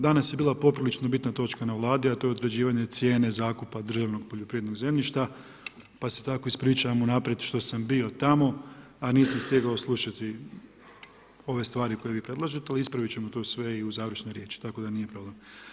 Danas je bila poprilično bitna točka na Vladi a to je utvrđenje cijene zakupa državnog poljoprivrednog zemljišta pa se tako ispričavam unaprijed što sam bio tamo a nisam stigao slušati ove stvari koje vi predlažete ali ispravit ćemo to sve i u završnoj riječi, tako da nije problem.